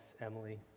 Emily